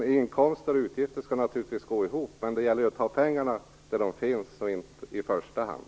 Inkomster och utgifter skall naturligtvis gå ihop, men det gäller att ta pengarna där de finns i första hand.